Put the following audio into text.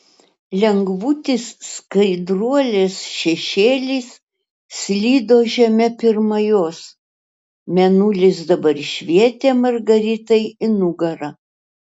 lengvutis skraiduolės šešėlis slydo žeme pirma jos mėnulis dabar švietė margaritai į nugarą